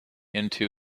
into